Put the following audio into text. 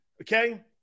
okay